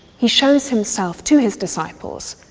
he shows himself to his disciples,